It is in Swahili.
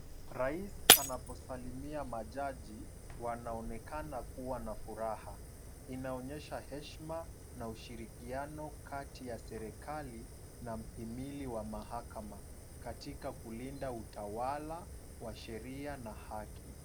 Rais anaposalimia majaji wanaonekana kuwa na furaha. Inaonyesha heshima na ushirikiano kati ya serikali na mhimili wa mahakama katika kulinda utawala wa sheria na haki.